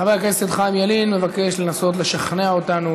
חבר הכנסת חיים ילין מבקש לנסות לשכנע אותנו